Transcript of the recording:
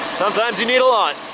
sometimes you need a lot.